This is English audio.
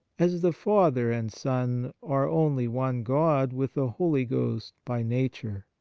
as the father and son are only one god with the holy ghost by nature,